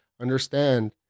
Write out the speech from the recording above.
Understand